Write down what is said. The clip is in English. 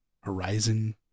Horizon